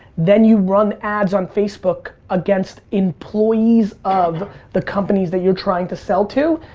then you run ads on facebook against employees of the companies that you're trying to sell to.